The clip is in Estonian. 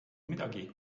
midagi